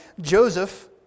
Joseph